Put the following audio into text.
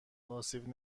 آسیب